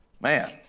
Man